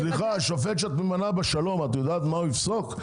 כשאת ממנה שופט בשלום, את יודעת מה הוא יפסוק?